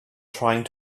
trying